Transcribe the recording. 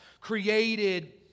created